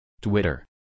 Twitter